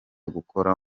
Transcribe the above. gukora